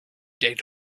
dead